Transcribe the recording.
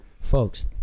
folks